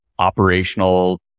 operational